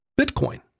Bitcoin